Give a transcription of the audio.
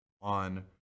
on